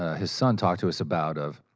ah his son, talked to us about, of,